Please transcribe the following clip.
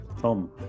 Tom